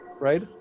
right